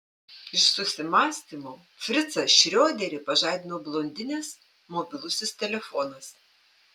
iš susimąstymo fricą šrioderį pažadino blondinės mobilusis telefonas